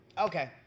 Okay